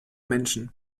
menschen